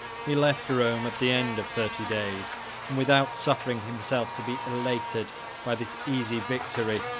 he left rome at the end of thirty days, and without suffering himself to be elated by this easy victory,